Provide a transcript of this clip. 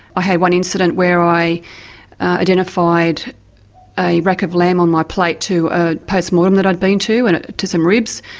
i had one incident where i identified a rack of lamb on my plate to a post-mortem that i'd been to, and to some ribs,